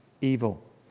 evil